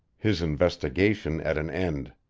his investigation at an end.